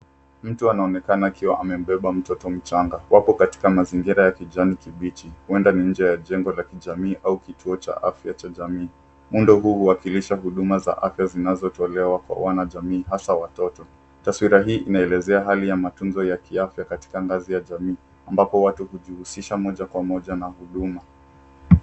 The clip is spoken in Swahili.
Mtu anaonekana akiwa amembeba mtoto mchanga, wapo katika mazingira ya kijani kibichi, huenda ni nje ya jengo la kijamii, au kituo cha afya cha jamii. Muundo huu huwakilisha huduma za afya zinazotolewa kwa wanajamii, hasa watoto. Taswira hii inaelezea hali ya matunzo ya kiafya katika ngazi ya jamii, ambapo watu hujihushisha moja kwa moja, na huduma.